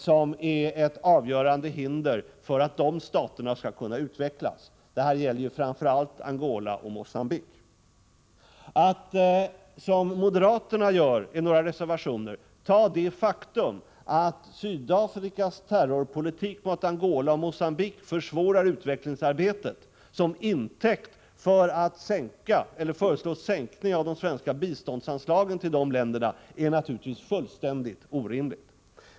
Det är avgörande hinder för att dessa stater skall kunna utvecklas. Framför allt gäller det Angola och Mogambique. Att, som moderaterna gör i några reservationer, ta det faktum att Sydafrikas terrorpolitik mot Angola och Mogambique försvårar utvecklingsarbetet till intäkt för att föreslå en sänkning av det svenska biståndsanslaget till dessa länder, är naturligtvis fullständigt orimligt.